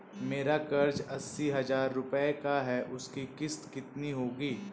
मेरा कर्ज अस्सी हज़ार रुपये का है उसकी किश्त कितनी होगी?